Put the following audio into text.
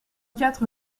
quatre